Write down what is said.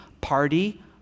party